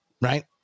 right